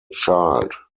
child